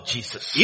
Jesus